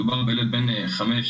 מדובר בילד בגיל 5-6,